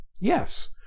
Yes